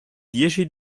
dieci